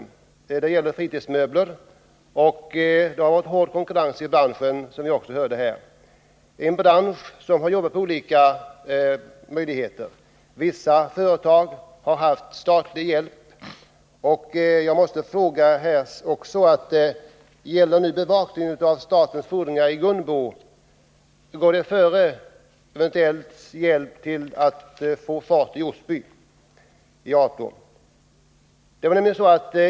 Företaget tillverkar fritidsmöbler, och som vi hörde här är det en mycket hård konkurrens i branschen. Vissa företag i branschen har fått statlig hjälp. Jag vill nu fråga om bevakningen av statens fordringar i Gunbo går före en eventuell hjälp för att få fart på verksamheten i Ato i Osby.